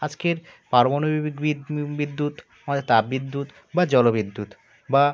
আজকের পারমানবিক বিদ্যুৎ আর তাপবিদ্যুৎ বা জলবিদ্যুৎ বা